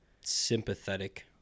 sympathetic